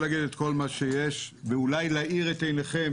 להגיד את כל מה שיש ואולי להאיר את עיניכם,